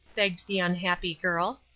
begged the unhappy girl.